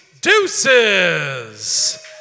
Deuces